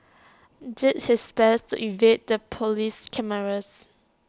did his best to evade the Police cameras